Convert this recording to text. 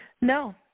No